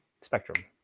Spectrum